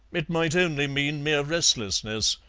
it might only mean mere restlessness.